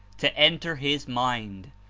to enter his mind,